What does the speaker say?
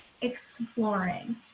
exploring